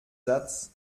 satz